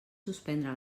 suspendre